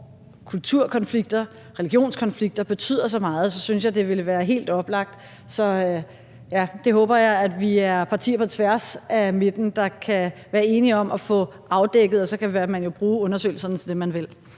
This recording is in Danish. kulturkonflikter og religionskonflikter betyder så meget, synes jeg, det ville være helt oplagt. Så det håber jeg vi er partier på tværs af midten der kan være enige om at få afdækket, og så kan man jo bruge undersøgelserne til det, man vil.